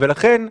לכן,